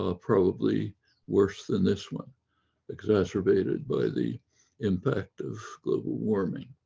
ah probably worse than this one exacerbated by the impact of global warming.